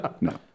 No